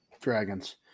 Dragons